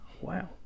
Wow